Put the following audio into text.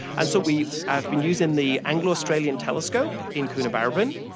and so we have been using the anglo-australian telescope in coonabarabran,